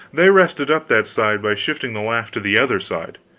they rested-up that side by shifting the laugh to the other side.